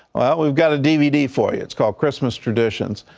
well we've got a dvd for you. it's called christmas traditions.